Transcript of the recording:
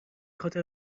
خاطر